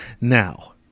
Now